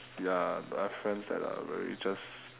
ya I have friends that are very just